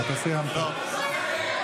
אני אגיד מה שאני רוצה.